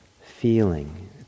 feeling